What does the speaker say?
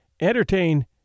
entertain